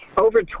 over